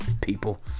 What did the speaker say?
people